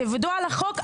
תעבדו לפי החוק.